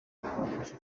bakabafasha